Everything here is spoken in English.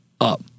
up